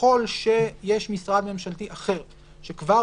שככל שיש משרד ממשלתי אחר, שכבר